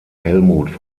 helmuth